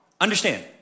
Understand